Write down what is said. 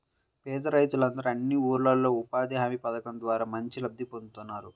పేద రైతులందరూ అన్ని ఊర్లల్లో ఉపాధి హామీ పథకం ద్వారా మంచి లబ్ధి పొందుతున్నారు